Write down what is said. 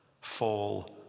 fall